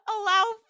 allow